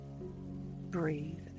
Breathe